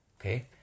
Okay